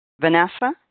Vanessa